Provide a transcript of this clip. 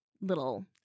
little